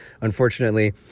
Unfortunately